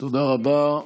תודה רבה.